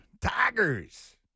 Tigers